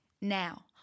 Now